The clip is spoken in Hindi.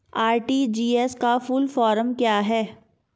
आर.टी.जी.एस का फुल फॉर्म क्या है?